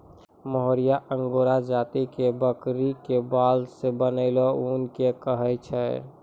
मोहायिर angora जाति के बकरी के बाल सॅ बनलो ऊन कॅ कहै छै